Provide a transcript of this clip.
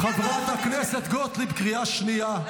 חברת הכנסת גוטליב, קריאה שנייה.